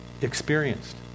experienced